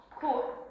Cool